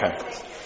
Okay